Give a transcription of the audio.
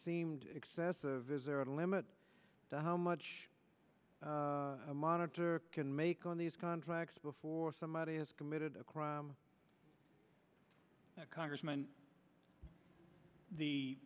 seemed excessive is there a limit to how much a monitor can make on these contracts before somebody has committed a crime congressman the